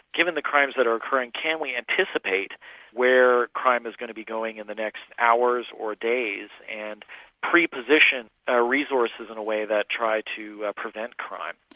given the crimes that are occurring, can we anticipate where crime is going to be going in the next hours or days, and pre-position ah resources in a way that try to prevent crime?